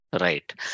Right